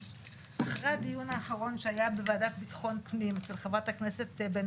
אחרי הדיון האחרון שהיה בוועדה לביטחון הפנים בראשות חברת הכנסת בן